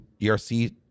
ERC